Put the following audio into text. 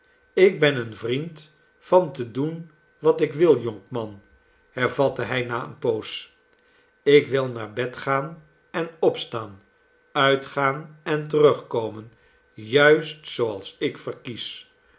ik ben een vriend van te doen wat ik wil jonkman hervatte hij na eene poos ik wil naar bed gaan en opstaan uitgaan en terugkomen juist zooals ik verkies